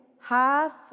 half